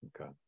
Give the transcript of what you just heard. Okay